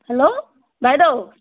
hello বাইদেউ